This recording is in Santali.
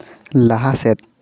ᱞᱟᱦᱟ ᱥᱮᱫ